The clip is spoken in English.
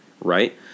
right